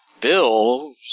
Bill